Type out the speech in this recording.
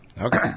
Okay